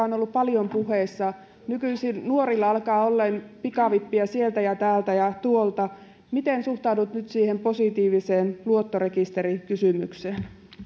on ollut paljon puheissa nykyisin nuorilla alkaa olla pikavippejä sieltä täältä ja tuolta miten suhtaudut nyt siihen positiivisen luottorekisterin kysymykseen